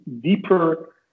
deeper